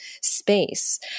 space